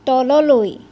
তললৈ